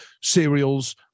cereals